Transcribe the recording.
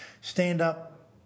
stand-up